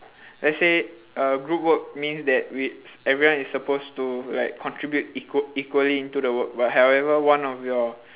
let's say uh group work means that with everyone is supposed like to contribute equal~ equally into the work but however one of your